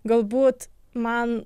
galbūt man